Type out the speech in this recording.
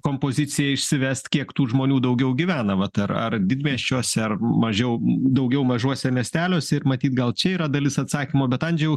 kompoziciją išsivest kiek tų žmonių daugiau gyvena vat ar didmiesčiuose ar mažiau daugiau mažuose miesteliuose ir matyt gal čia yra dalis atsakymo bet andžejau